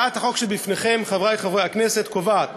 הצעת החוק שבפניכם, חברי חברי הכנסת, קובעת